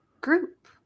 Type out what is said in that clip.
group